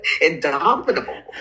indomitable